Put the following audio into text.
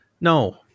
no